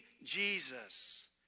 Jesus